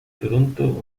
toronto